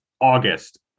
August